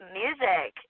music